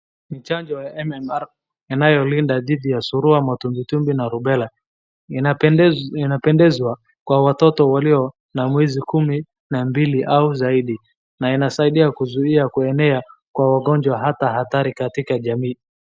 Ni chanjo ya MMR inayolinda dhidi ya surua, matumbwitumbwi na rubela. Inapendezwa kwa watoto walio na mwezi kumi na mbili au zaidi na inasaidia kuzuia kuenea kwa wagonjwa hata hatari katika jamii.